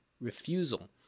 refusal